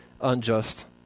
unjust